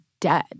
dead